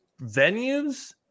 venues